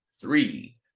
Three